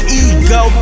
ego